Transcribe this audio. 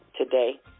today